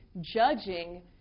judging